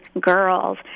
girls